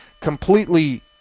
completely